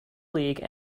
league